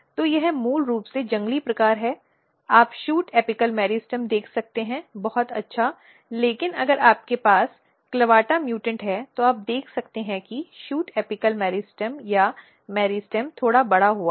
तो यह मूल रूप से जंगली प्रकार है आप शूट एपिकल मेरिस्टेम देख सकते हैं बहुत अच्छा लेकिन अगर आपके पास clavata म्यूटेंट है तो आप देख सकते हैं कि शूट एपिकल मेरिस्टेम या मेरिस्टेम थोड़ा बढ़ा हुआ है